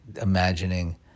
Imagining